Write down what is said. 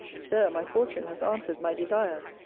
sir, my fortune has answered my desires,